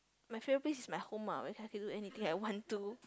my favourite place is my home ah where I can do anything I want to